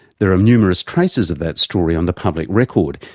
there are numerous traces of that story on the public record.